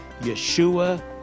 Yeshua